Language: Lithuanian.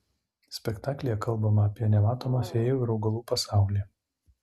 spektaklyje kalbama apie nematomą fėjų ir augalų pasaulį